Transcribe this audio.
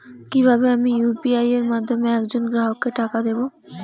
কিভাবে আমি ইউ.পি.আই এর মাধ্যমে এক জন গ্রাহককে টাকা দেবো?